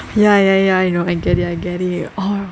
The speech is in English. ya ya ya you know I get it I get it orh